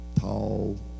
tall